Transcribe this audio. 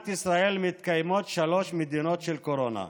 ישראל מתקיימות שלוש מדינות של קורונה.